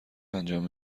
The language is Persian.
انجام